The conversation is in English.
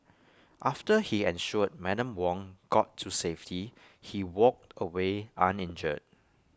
after he ensured Madam Wong got to safety he walked away uninjured